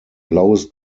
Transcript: blaues